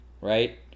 right